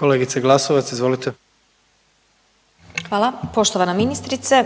izvolite. **Glasovac, Sabina (SDP)** Hvala. Poštovana ministrice,